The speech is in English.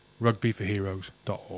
Rugbyforheroes.org